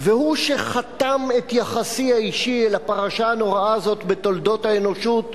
והוא שחתם את יחסי האישי אל הפרשה הנוראה הזאת בתולדות האנושות,